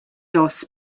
dos